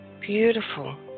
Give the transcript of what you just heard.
Beautiful